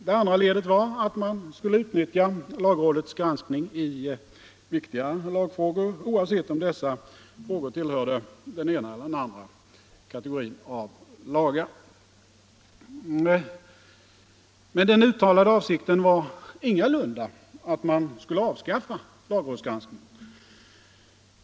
Det andra ledet var att man skulle utnyttja lagrådets granskning i viktiga lagfrågor, oavsett om dessa frågor tillhörde den ena eller den andra kategorin av lagar. Den uttalade avsikten var dock ingalunda att man skulle avskaffa lagrådsgranskningen.